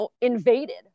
invaded